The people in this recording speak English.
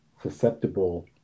susceptible